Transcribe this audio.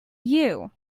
you